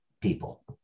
people